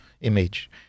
image